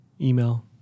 Email